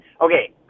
Okay